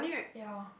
ya